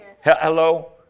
hello